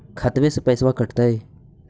खतबे से पैसबा कटतय?